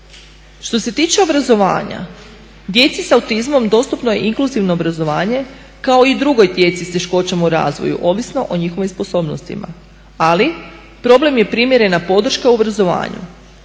Što se tiče obrazovanja djeci s autizmom dostupno je inkluzivno obrazovanje kao i drugoj djeci s teškoćama u razvoju, ovisno o njihovim sposobnostima. Ali, problem je primjerena podrška u obrazovanju.